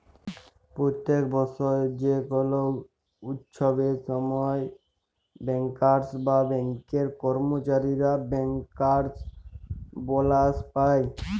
প্যত্তেক বসর যে কল উচ্ছবের সময় ব্যাংকার্স বা ব্যাংকের কম্মচারীরা ব্যাংকার্স বলাস পায়